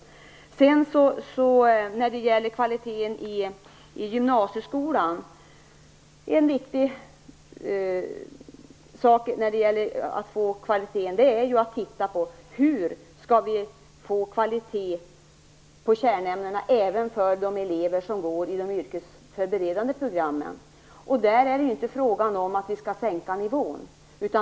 När det gäller kvaliteten i gymnasieskolan är en viktig sak att titta på hur vi skall få kvalitet i kärnämnena även för de elever som går de yrkesförberedande programmen. Där är det inte fråga om att vi skall sänka nivån.